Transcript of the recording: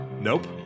Nope